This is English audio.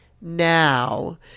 now